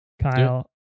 Kyle